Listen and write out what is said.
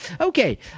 okay